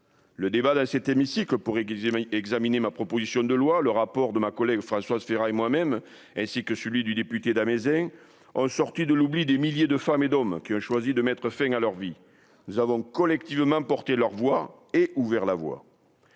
le débat là cet hémicycle pour égaliser oui examiner ma proposition de loi, le rapport de ma collègue Françoise Férat et moi-même, ainsi que celui du député Damaisin ont sorti de l'oubli des milliers de femmes et d'hommes qui a choisi de mettre fin à leur vie, nous avons collectivement porter leur voix et ouvert la voie.